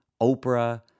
Oprah